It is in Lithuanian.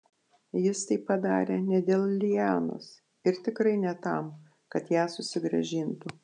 jis tai padarė ne dėl lianos ir tikrai ne tam kad ją susigrąžintų